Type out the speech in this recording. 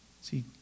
See